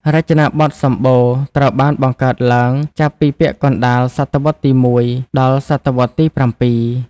រចនាបថសំបូរ ត្រូវបានបង្កើតឡើង ចាប់ពីពាក់កណ្ដាលសតវត្សទី១ ដល់សតវត្សទី៧។